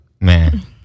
man